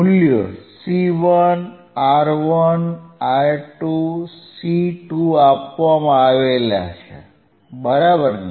મૂલ્યો C1 R1 R2 C2 આપવામાં આવ્યા છે બરાબર ને